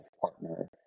partner